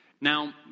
Now